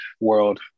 world